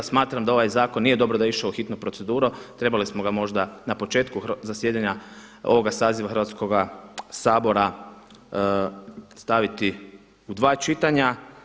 Smatram da ovaj zakon nije dobro da je išao u hitnu proceduru, trebali smo ga možda na početku zasjedanja ovoga saziva Hrvatskoga sabora staviti u dva čitanja.